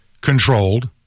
controlled